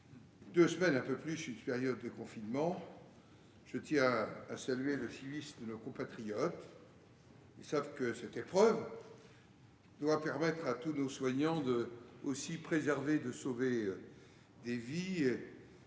deux semaines, une période de confinement. Je tiens à saluer le civisme de nos compatriotes, qui savent que cette épreuve permettra à tous nos soignants de sauver des vies.